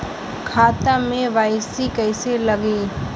खाता में के.वाइ.सी कइसे लगी?